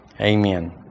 Amen